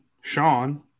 Sean